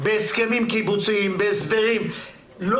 בהסכמים קיבוציים והסדרים,